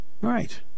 right